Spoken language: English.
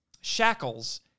shackles